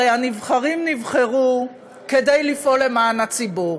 הרי הנבחרים נבחרו כדי לפעול למען הציבור.